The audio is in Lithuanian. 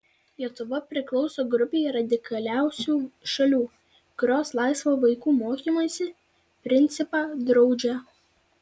lietuva priklauso grupei radikaliausių šalių kurios laisvo vaikų mokymosi principą draudžia